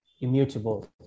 immutable